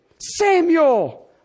Samuel